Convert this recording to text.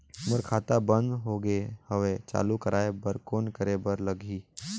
मोर खाता बंद हो गे हवय चालू कराय बर कौन करे बर लगही?